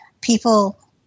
people